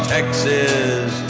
Texas